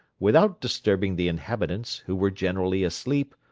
without disturbing the inhabitants, who were generally asleep,